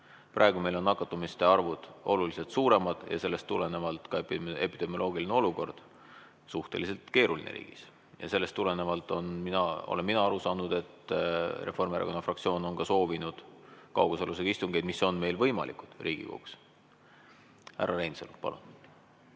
Praegu meil on nakatumiste arvud oluliselt suuremad ja sellest tulenevalt ka epidemioloogiline olukord riigis suhteliselt keeruline. Sellest tulenevalt, olen mina aru saanud, on Reformierakonna fraktsioon ka soovinud kaugosalusega istungeid, mis on meil võimalikud Riigikogus. Härra Reinsalu, palun!